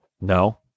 No